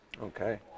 Okay